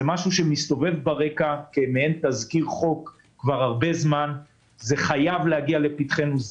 זה מסתובב ברקע כמעין תזכיר חוק כבר זמן רב והוא חייב להגיע לפתחנו.